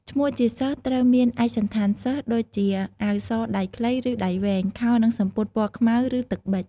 ឈ្នោះជាសិស្សត្រូវមានឯកសណ្ឋានសិស្ស ដូចជាអាវសដៃខ្លីឬដៃវែង ខោនិងសំពត់ពណ៌ខ្មៅឬទឹកប៊ិច។